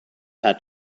had